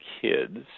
kids